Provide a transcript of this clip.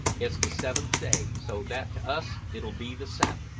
it's the seventh day, so that to us it'll be the sabbath.